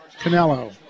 Canelo